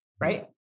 right